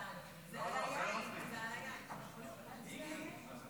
המציעים רוצים פנים,